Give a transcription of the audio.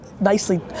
nicely